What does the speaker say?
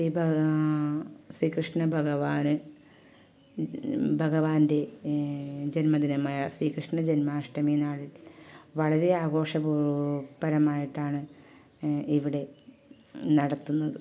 ശ്രീ ഭഗ ശ്രീ കൃഷ്ണ ഭഗവാൻ ഭഗവാന്റെ ജന്മ ദിനമായ ശ്രീ കൃഷ്ണ ജന്മാഷ്ടമി നാളിൽ വളരെ ആഘോഷപൂ പരമായിട്ടാണ് ഇവിടെ നടത്തുന്നത്